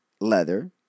leather